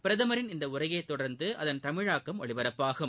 பிரதமரின் இந்த உரையை தொடர்ந்து அதன் தமிழாக்கம் ஒலிப்பரப்பாகும்